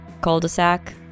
cul-de-sac